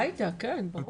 כן, ברור.